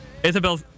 Isabel